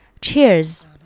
cheers